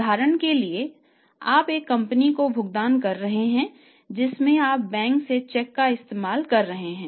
उदाहरण के लिए आप एक कंपनी को भुगतान कर रहे हैं जिसमें आप बैंक से चेक का इस्तेमाल कर रहे हैं